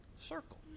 circle